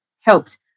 helped